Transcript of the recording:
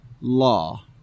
law